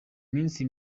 minsi